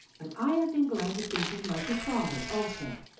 but i have been glad to think him like his father also.